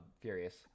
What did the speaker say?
furious